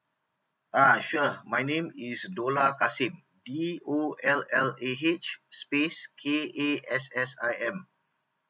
ah sure my name is dollah kassim D O L L A H space K A S S I M